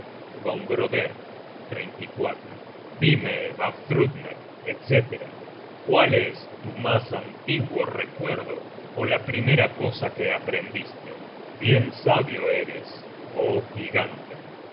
con el otro un hijo independiente gongroder díme vanfthrudner etc cuál es tu mas antiguo recuerdo ó la primera cosa que aprendiste bien sabio eres oh gigante